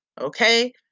okay